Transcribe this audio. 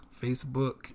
Facebook